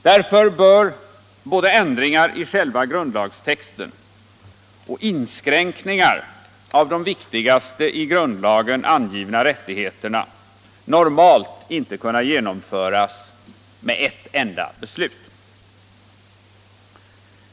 Därför bör både ändringar i själva grundlagstexten och inskränkningar av de viktigaste i grundlagen angivna rättigheterna normalt inte kunna genomföras med ett enda beslut.